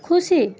ᱠᱷᱩᱥᱤ